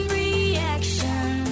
reaction